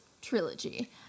trilogy